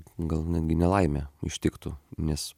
gal netgi nelaimė ištiktų nes